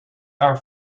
are